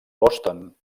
boston